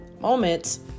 Moments